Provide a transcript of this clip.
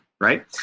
right